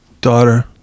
Daughter